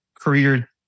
career